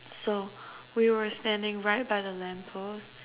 so we were standing right by the lamp post